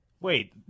Wait